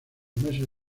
meses